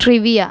trivia